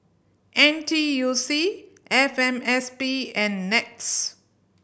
N T U C F M S P and NETS